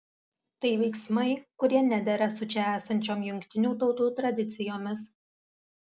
tai veiksmai kurie nedera su čia esančiom jungtinių tautų tradicijomis